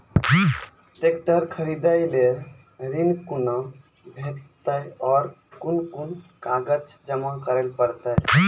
Tractor खरीदै लेल ऋण कुना भेंटते और कुन कुन कागजात जमा करै परतै?